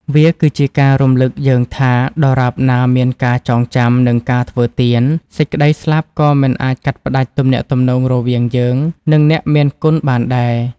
វាគឺជាការរំឮកយើងថា ដរាបណាមានការចងចាំ និងការធ្វើទាន សេចក្ដីស្លាប់ក៏មិនអាចកាត់ផ្ដាច់ទំនាក់ទំនងរវាងយើង និងអ្នកមានគុណបានដែរ។